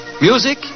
Music